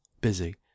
busy